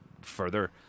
further